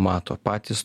mato patys